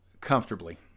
comfortably